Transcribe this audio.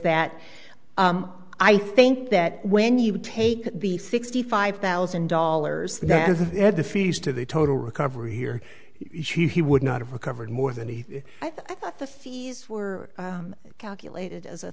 that i think that when you take the sixty five thousand dollars and the fees to the total recovery here he would not have recovered more than he i thought the fees were calculated as a